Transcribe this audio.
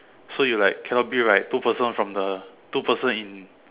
so you like cannot be right two person from the two person in